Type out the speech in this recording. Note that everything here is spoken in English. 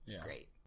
great